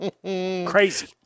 Crazy